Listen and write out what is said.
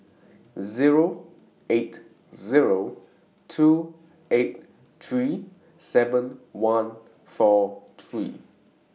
Zero eight Zero two eight three seven one four three